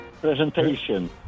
presentation